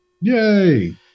Yay